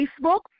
Facebook